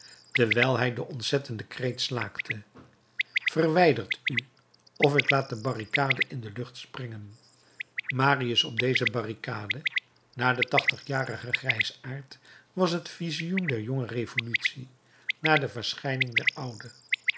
terwijl hij den ontzettenden kreet slaakte verwijdert u of ik laat de barricade in de lucht springen marius op deze barricade na den tachtigjarigen grijsaard was het visioen der jonge revolutie na de verschijning der oude